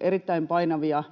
erittäin painavien